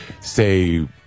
say